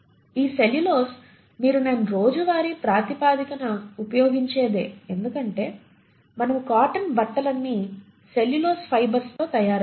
ఈ సెల్యులోజ్ మీరు నేను రోజువారీ ప్రాతిపదికన ఉపయోగించేదే ఎందుకంటే మన కాటన్ బట్టలన్నీ సెల్యులోజ్ ఫైబర్స్ తో తయారైనవి